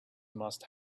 must